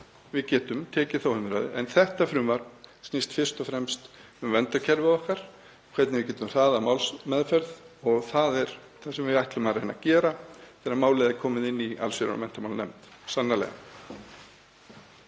við getum tekið þá umræðu. En þetta frumvarp snýst fyrst og fremst um verndarkerfið okkar, hvernig við getum hraðað málsmeðferð og það er það sem við ætlum að reyna að gera þegar málið er komið til allsherjar- og menntamálanefndar, sannarlega.